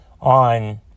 on